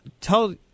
tell –